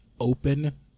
open